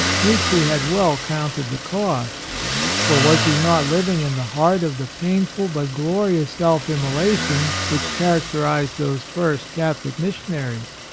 mitri had well counted the cost for was he not living in the heart of the painful but glorious self immolation which characterized those first catholic missionaries?